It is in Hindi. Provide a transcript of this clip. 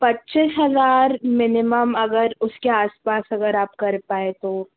पच्चीस हज़ार मिनिमम अगर उसके आस पास अगर आप कर पाए तो